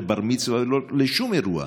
לא לבר-מצווה ולא לשום אירוע.